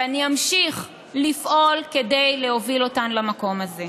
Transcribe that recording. ואני אמשיך לפעול כדי להוביל אותן למקום הזה.